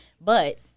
But-